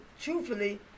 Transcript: truthfully